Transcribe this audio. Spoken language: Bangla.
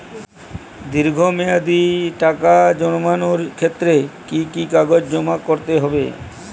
দীর্ঘ মেয়াদি টাকা জমানোর ক্ষেত্রে কি কি কাগজ জমা করতে হবে?